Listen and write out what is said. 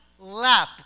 lap